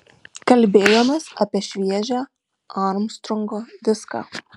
kalbėjomės apie šviežią armstrongo diską